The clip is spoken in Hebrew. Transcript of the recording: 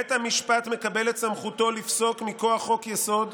בית המשפט מקבל את סמכותו לפסוק מכוח חוק-יסוד,